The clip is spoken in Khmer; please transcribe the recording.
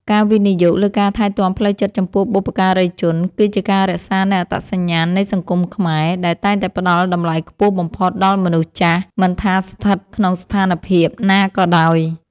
ការវិនិយោគលើការថែទាំផ្លូវចិត្តចំពោះបុព្វការីជន គឺជាការរក្សានូវអត្តសញ្ញាណនៃសង្គមខ្មែរ ដែលតែងតែផ្ដល់តម្លៃខ្ពស់បំផុតដល់មនុស្សចាស់ មិនថាស្ថិតក្នុងស្ថានភាពណាក៏ដោយ។